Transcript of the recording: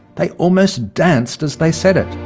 they almost danced as they said it.